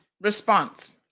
response